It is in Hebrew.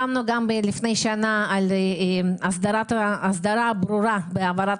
לפני שנה נלחמנו גם על הסדרה ברורה בהעברת